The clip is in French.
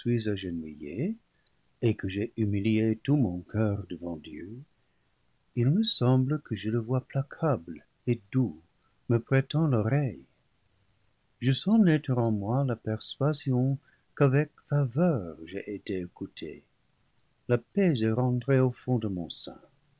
et que j'ai humilié tout mon coeur devant dieu il me semble que je le vois placable et doux me prêtant l'o reille je sens naître en moi la persuasion qu'avec faveur j'ai été écouté la paix est rentrée au fond de mon sein